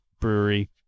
brewery